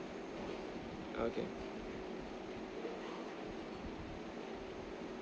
okay